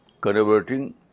converting